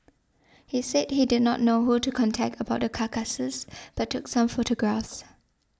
he said he did not know who to contact about the carcasses but took some photographs